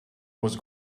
was